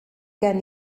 gen